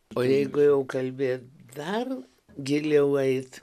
o jeigu jau kalbėt dar giliau eit